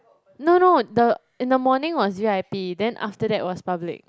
no no the in the morning was v_i_p then after that was public